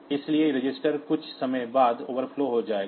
इसलिए यह रजिस्टर कुछ समय बाद ओवरफ्लो हो जाएगा